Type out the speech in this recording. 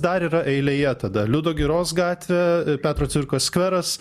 dar yra eilėje tada liudo giros gatvė petro cvirkos skveras